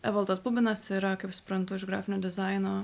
evaldas bubinas yra kaip suprantu iš grafinio dizaino